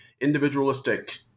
individualistic